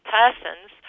persons